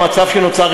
במצב שנוצר,